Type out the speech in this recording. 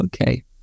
okay